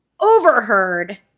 overheard